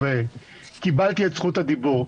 קיבלתי את זכות הדיבור.